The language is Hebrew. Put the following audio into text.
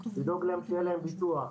לדאוג שהיה להם ביטוח,